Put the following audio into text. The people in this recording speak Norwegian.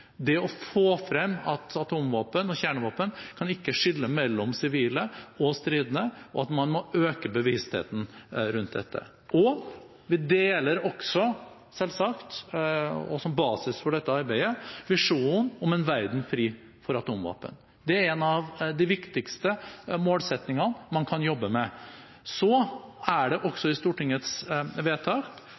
det å få frem at atomvåpen og kjernevåpen ikke kan skille mellom sivile og stridende, og at man må øke bevisstheten rundt dette. Vi deler selvsagt også, som basis for dette arbeidet, visjonen om en verden fri for atomvåpen. Det er en av de viktigste målsettingene man kan jobbe med. Det er også i Stortingets vedtak